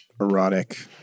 erotic